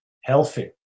healthy